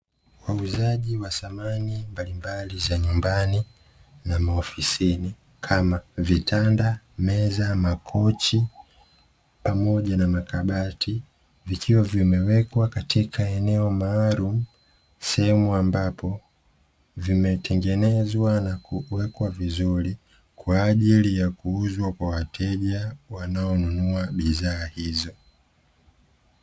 Wauzaji wa samani mbalimbali za nyumbani na maofisini kama vitanda meza makochi pamoja na makabati, vikiwa vimewekwa katika eneo maalum, sehemu ambapo vimetengenezwa na kuwekwa vizuri kwa ajili ya kuuzwa kwa wateja wanaonunua bidhaa hizo.